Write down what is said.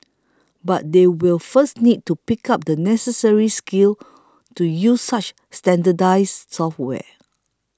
but they will first need to pick up the necessary skills to use such standardised software